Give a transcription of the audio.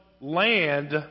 land